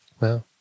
Wow